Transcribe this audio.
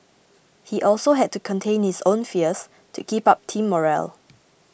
he also had to contain his own fears to keep up team morale